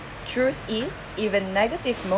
truth is even negative mo~